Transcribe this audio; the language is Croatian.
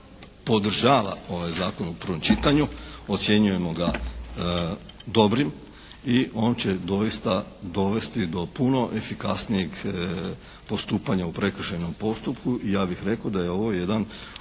podržava ovaj zakon u prvom čitanju. Ocjenjujemo ga dobrim i on će doista dovesti do puno efikasnijeg postupanja u prekršajnom postupku i ja bih rekao da je ovo jedan